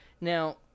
now